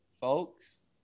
Folks